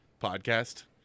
podcast